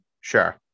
Sure